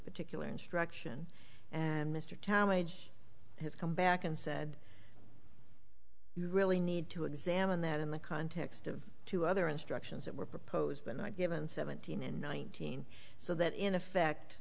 particular instruction and mr talmage has come back and said really need to examine that in the context of two other instructions that were proposed given seventeen and nineteen so that in effect